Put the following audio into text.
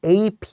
AP